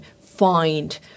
find